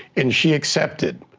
and she accepted,